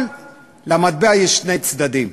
אבל למטבע יש שני צדדים,